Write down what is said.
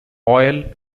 oil